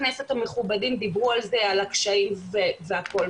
חברי הכנסת המכובדים דיברו על הקשיים והכול,